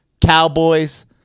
Cowboys